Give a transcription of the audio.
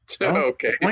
Okay